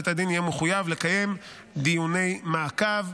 בית הדין יהיה מחויב לקיים דיוני מעקב.